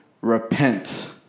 repent